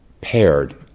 paired